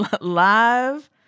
live